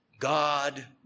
God